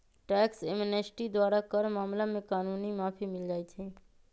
tax amnesty द्वारा कर मामला में कानूनी माफी मिल जाइ छै